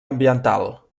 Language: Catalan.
ambiental